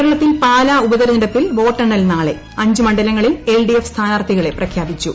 കേരളത്തിൽ പാലാ ഉപതെരഞ്ഞടുപ്പിൽ വോട്ടെണ്ണൽ നാളെ അഞ്ച് മണ്ഡലങ്ങളിൽ എൽ ഡി എഫ് സ്ഥാനാർത്ഥികളെ പ്രഖ്യാപിച്ചു